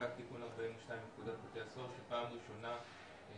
נחקק תיקון 42 לפקודת בתי הסוהר שפעם ראשונה הכניס